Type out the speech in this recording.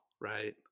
right